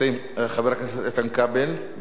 חבר הכנסת איתן כבל, מליאה?